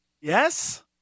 Yes